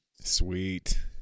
Sweet